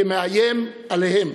כמאיים עליהם,